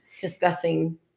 discussing